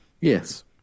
Yes